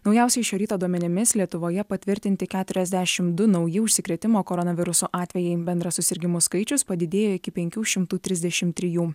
naujausiais šio ryto duomenimis lietuvoje patvirtinti keturiasdešimt du nauji užsikrėtimo koronavirusu atvejai bendras susirgimų skaičius padidėja iki penkių šimtų trisdešimt trijų